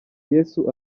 yesu